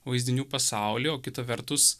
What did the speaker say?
vaizdinių pasaulį o kita vertus